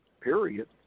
period